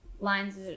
lines